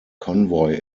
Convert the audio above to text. convoy